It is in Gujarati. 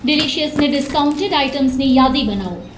ડીલિશિયસની ડિસ્કાઉન્ટેડ આઇટમ્સની યાદી બનાવો